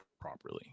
properly